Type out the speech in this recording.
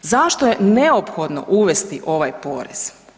Zašto je neophodno uvesti ovaj porez?